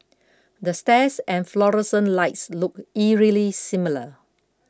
the stairs and fluorescent lights look eerily similar